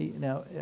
Now